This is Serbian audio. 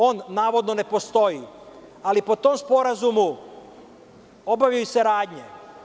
On navodno ne postoji, ali po tom sporazumu obavljaju se radnje.